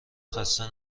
خسته